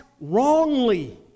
wrongly